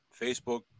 Facebook